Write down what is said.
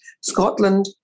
Scotland